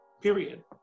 Period